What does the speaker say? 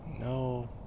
No